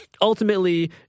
ultimately